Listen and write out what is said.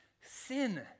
sin